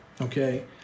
okay